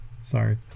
sorry